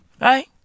Right